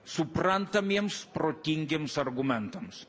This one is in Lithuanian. suprantamiems protingiems argumentams